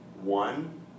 one